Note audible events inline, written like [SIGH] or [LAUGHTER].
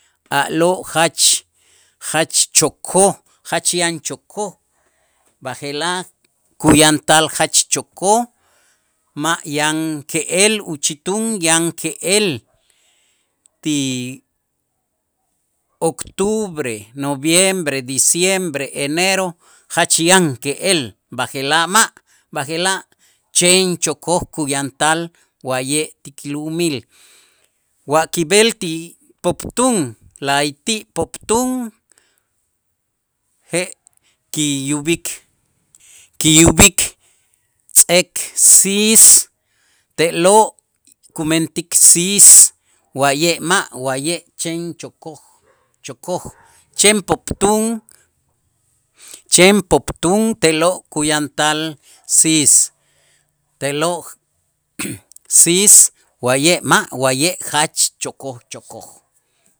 paaloo' jach jach chokoj jach yan chokoj, b'aje'laj kuyantal jach yan chokoj ma' yan ke'el uchitun yan ke'el ti octubre, noviembre, diciembre, enero jach yan ke'el b'aje'laj ma', b'aje'laj chen chokoj kuyantal wa'ye' ti kilu'umil wa kib'el ti poptun la'ayti' poptun je' kiyub'ik, kiyub'ik tz'eek siis te'lo' kumentik siis wa'ye' ma', wa'ye' chen chokoj chokoj, chen poptun chen poptun te'lo' kuyantal siis te'lo' [NOISE] siis wa'ye' ma' wa'ye' jach chokoj chokoj,